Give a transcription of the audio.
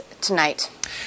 tonight